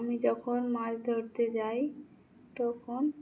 আমি যখন মাছ ধরতে যাই তখন